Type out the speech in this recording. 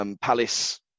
Palace